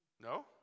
No